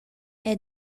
era